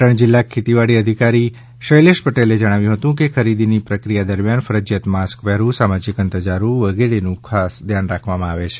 પાટણ જિલ્લા ખેતીવાડી અધિકારી શૈલેષ પટેલે જણાવ્યુ હતું ખરીદીની પ્રક્રિયા દરમિયાન ફરજિયાત માસ્ક પહેરવું સામાજિક અંતર જાળવવું વગેરેનું ખાસ ધ્યાન રાખવામાં આવે છે